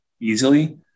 easily